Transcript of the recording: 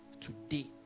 today